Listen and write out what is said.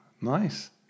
Nice